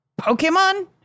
Pokemon